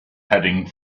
heading